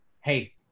hey